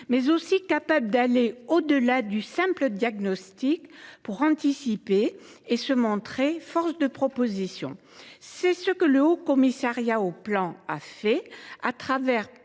également capable d’aller au delà du simple diagnostic, pour anticiper et se montrer force de proposition. C’est ce que le Haut Commissariat au plan et à la